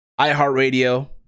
iHeartRadio